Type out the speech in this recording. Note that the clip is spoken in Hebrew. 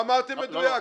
לא אמרתי שזה מדויק.